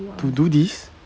to do this